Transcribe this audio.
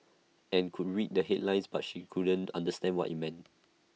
and could read the headlines but she couldn't understand what IT meant